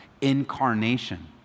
incarnation